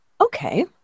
okay